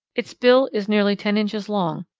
its bill is nearly ten inches long,